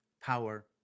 power